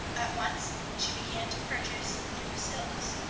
at once she began to purchase new silks,